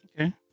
Okay